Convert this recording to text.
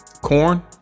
Corn